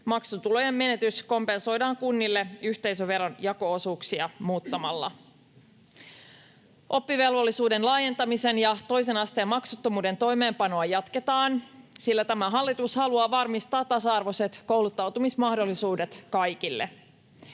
Maksutulojen menetys kompensoidaan kunnille yhteisöveron jako-osuuksia muuttamalla. Oppivelvollisuuden laajentamisen ja toisen asteen maksuttomuuden toimeenpanoa jatketaan, sillä tämä hallitus haluaa varmistaa tasa-arvoiset kouluttautumismahdollisuudet kaikille.